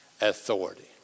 authority